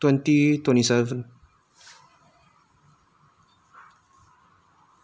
twenty twenty-seven